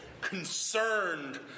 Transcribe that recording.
concerned